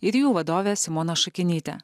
ir jų vadovę simoną šakinytę